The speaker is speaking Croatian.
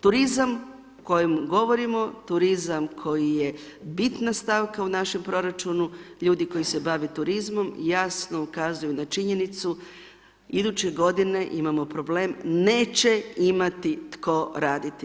Turizam kojemu govorimo, turizam koja je bitna stavka u našem proračunu, ljudi koji se bave turizmom, jasno ukazuju na činjenicu iduće godine imamo problem, neće imati tko raditi.